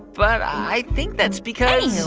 but i think that's because. anyhoo,